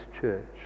church